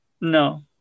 No